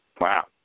Wow